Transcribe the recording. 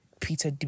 peter